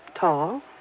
Tall